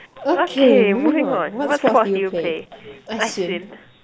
okay moving on what sports do you play I swim